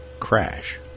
crash